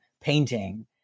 painting